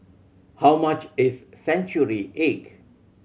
how much is century egg